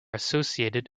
associated